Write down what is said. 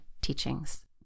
teachings